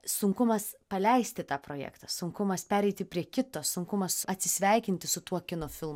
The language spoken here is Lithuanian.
sunkumas paleisti tą projektą sunkumas pereiti prie kito sunkumas atsisveikinti su tuo kino filmu